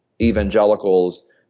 evangelicals